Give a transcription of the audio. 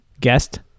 guest